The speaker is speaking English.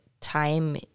time